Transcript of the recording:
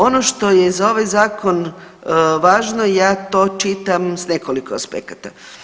Ono što je za ovaj zakon važno ja to čitam s nekoliko aspekata.